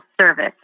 service